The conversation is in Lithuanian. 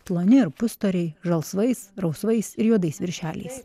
ploni ir pusstoriai žalsvais rausvais ir juodais viršeliais